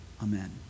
amen